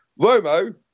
Romo